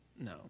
No